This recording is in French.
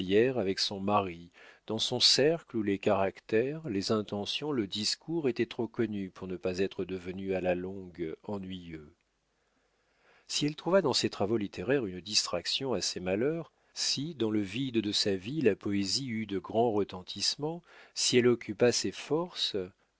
avec son mari dans son cercle où les caractères les intentions le discours étaient trop connus pour ne pas être devenus à la longue ennuyeux si elle trouva dans ses travaux littéraires une distraction à ses malheurs si dans le vide de sa vie la poésie eut de grands retentissements si elle occupa ses forces